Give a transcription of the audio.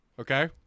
Okay